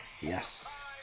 Yes